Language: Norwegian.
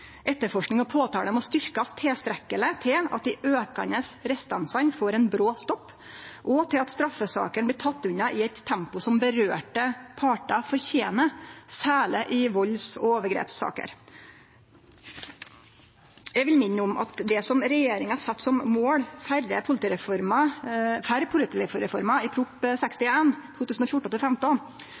Etterforsking og påtale må styrkjast tilstrekkeleg til at dei aukande restansane får ein brå stopp, og til at straffesakene blir tekne unna i eit tempo som partane det gjeld, fortener, særleg i valds- og overgrepssaker. Eg vil minne om at det som regjeringa sette som mål for politireforma i Prop. 61 LS for 2014–2015, m.a. var «å gå fra tomme lensmannskontorer til